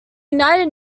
united